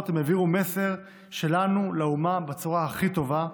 הם העבירו מסר שלנו לאומה בצורה הכי טובה,